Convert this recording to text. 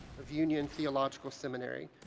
of union theological seminary,